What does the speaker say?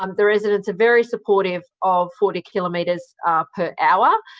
um the residents are very supportive of forty kilometres per hour.